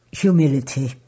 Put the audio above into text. humility